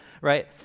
right